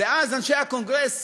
ואז אנשי הקונגרס,